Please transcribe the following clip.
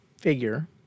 figure